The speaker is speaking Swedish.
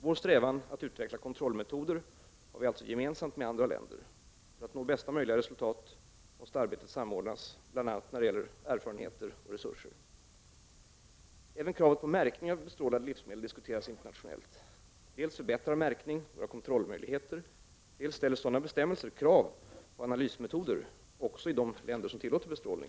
Vår strävan att utveckla kontrollmetoder har vi alltså gemensamt med andra länder. För att nå bästa möjliga resultat måste arbetet samordnas bl.a. i vad gäller erfarenheter och resurser. Även kravet på märkning av bestrålade livsmedel diskuteras internationellt. Dels förbättrar märkning våra kontrollmöjligheter, dels ställer sådana bestämmelser krav på analysmetoder även i de länder som tillåter bestrålning.